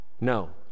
no